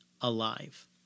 alive